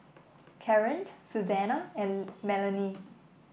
Karren Suzanna and Melony